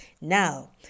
Now